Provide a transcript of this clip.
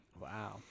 Wow